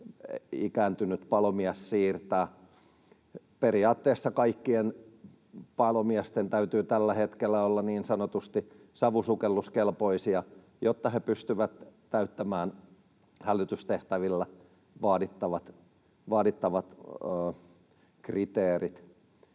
ikääntynyt palomies siirtää. Periaatteessa kaikkien palomiesten täytyy tällä hetkellä olla niin sanotusti savusukelluskelpoisia, jotta he pystyvät täyttämään hälytystehtävillä vaadittavat kriteerit.